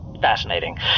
fascinating